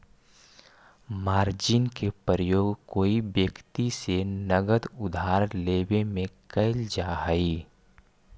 margin के प्रयोग कोई व्यक्ति से नगद उधार लेवे में कैल जा हई